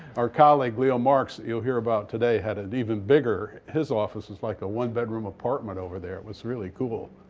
our colleague, leo marks, you'll hear about today, had an even bigger his office was like a one bedroom apartment over there. it's really cool.